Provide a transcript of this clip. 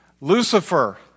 Lucifer